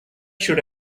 should